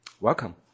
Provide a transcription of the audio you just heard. Welcome